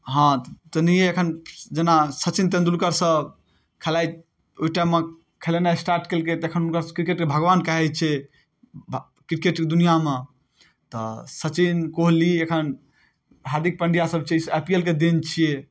हँ तेनाहिये एखन जेना सचिन तेंदुलकर सब खेलाइ ओइ टाइममे खेलेनाइ स्टार्ट कयलकै तऽ एखन हुनकर सबके क्रिकेटके भगवान कहाइ छै क्रिकेटके दुनिआमे तऽ सचिन कोहली एखन हार्दिक पांड्या सब छै ई सब आई पी एल कऽ देन छियै